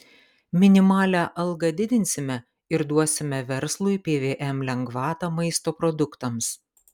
minimalią algą didinsime ir duosime verslui pvm lengvatą maisto produktams